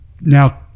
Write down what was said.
Now